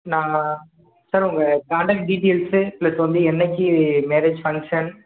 நான் சார் உங்கள் contact details plus வந்து என்றைக்கி மேரேஜ் ஃபங்க்ஷன்